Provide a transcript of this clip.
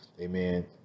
amen